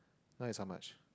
now is how much